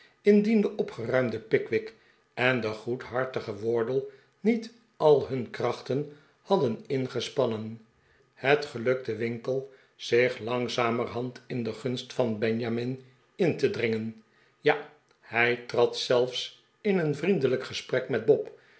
de opgeruimde pickwick en de goedhartige wardle niet al hun krachten hadden ingespannen het gelukte winkle zich langzamerhand in de gunst van benjamin in te dringen ja hij trad zelfs in een vriendelijk gesprek met bob